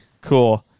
Cool